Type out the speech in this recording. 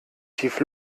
tief